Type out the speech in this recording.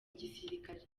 gisirikare